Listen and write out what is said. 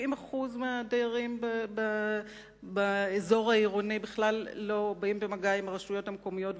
70% מהדיירים באזור העירוני בכלל לא באים במגע עם הרשויות המקומיות,